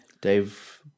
Dave